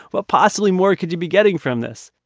what possibly more could you be getting from this?